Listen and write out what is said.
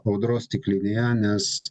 audros stiklinėje nes